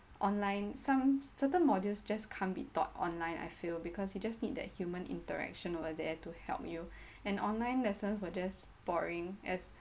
online some certain modules just can't be taught online I feel because you just need that human interaction over there to help you and online lessons were just boring as